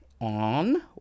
on